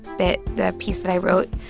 bit, the piece that i wrote.